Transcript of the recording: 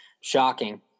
shocking